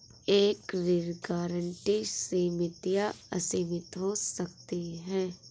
एक ऋण गारंटी सीमित या असीमित हो सकती है